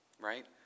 right